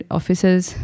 officers